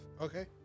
Okay